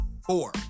Four